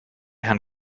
herrn